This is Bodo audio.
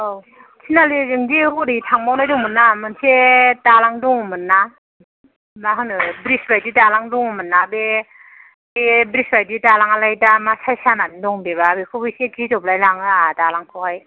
औ तिनालिजों दि हरै थांबावनाय दंमोनना मोनसे दालां दंमोनना मा होनो ब्रिज बायदि दालां दंमोनना बे ब्रिज बायदि दालाङालाय मा साइस जाना दं बेबा बिखौबो इसे गिदब लायलाङो आंहा दालांखौहाय